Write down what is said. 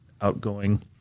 outgoing